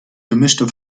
gemischte